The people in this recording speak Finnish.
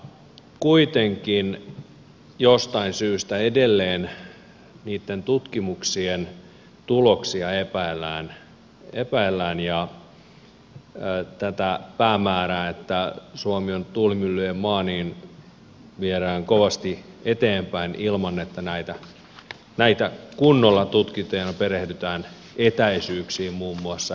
kuitenkin jostain syystä edelleen niitten tutkimuksien tuloksia epäillään ja tätä päämäärää että suomi on tuulimyllyjen maa viedään kovasti eteenpäin ilman että näitä kunnolla tutkitaan ja perehdytään muun muassa etäisyyksiin